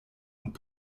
und